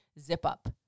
zip-up